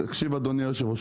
תקשיב אדוני יושב הראש,